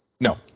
No